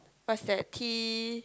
what's that T